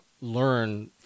learn